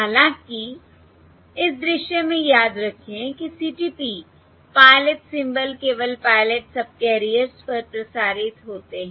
हालांकि इस दृश्य में याद रखें कि CTP पायलट सिंबल केवल पायलट सबकैरियर्स पर प्रसारित होते हैं